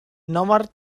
nomor